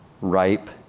ripe